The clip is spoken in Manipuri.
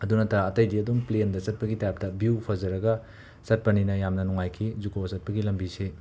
ꯑꯗꯨ ꯅꯠꯇꯅ ꯑꯇꯩꯗꯤ ꯑꯗꯨꯝ ꯄ꯭ꯂꯦꯟꯗ ꯆꯠꯄꯒꯤ ꯇꯥꯏꯞꯇ ꯕ꯭ꯌꯨ ꯐꯖꯔꯒ ꯆꯠꯄꯅꯤꯅ ꯌꯥꯝꯅ ꯅꯨꯡꯉꯥꯏꯈꯤ ꯖꯨꯀꯣ ꯆꯠꯄꯒꯤ ꯂꯝꯕꯤꯁꯦ